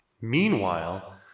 Meanwhile